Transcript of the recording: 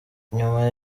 nyuma